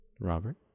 robert